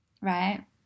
right